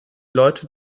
leute